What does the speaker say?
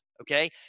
okay